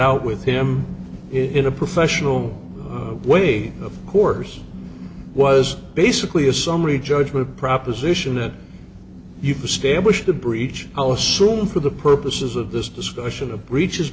out with him in a professional way of course was basically a summary judgment proposition that you've established the breach i'll assume for the purposes of this discussion a breach